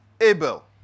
Abel